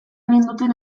ninduten